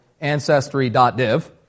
Ancestry.div